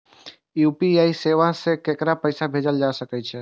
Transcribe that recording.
UPI सेवा से ककरो पैसा भेज सके छी?